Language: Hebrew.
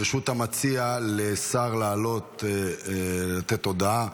ברשות המציע, לשר לעלות ולתת הודעה.